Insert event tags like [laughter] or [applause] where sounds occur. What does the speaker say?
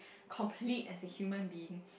complete as a human being [breath]